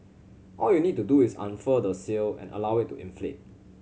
all you need to do is unfurl the sail and allow it to inflate